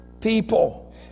people